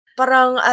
parang